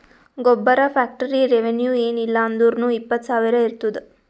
ಗೊಬ್ಬರ factory revenue ಏನ್ ಇಲ್ಲ ಅಂದುರ್ನೂ ಇಪ್ಪತ್ತ್ ಸಾವಿರ ಇರ್ತುದ್